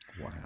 Wow